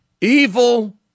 Evil